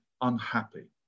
unhappy